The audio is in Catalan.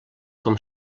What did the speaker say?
com